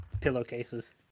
pillowcases